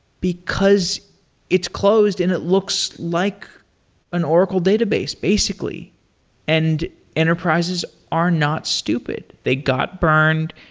because it's closed and it looks like an oracle database basically and enterprises are not stupid. they got burned.